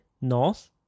north